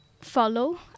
follow